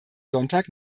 sonntag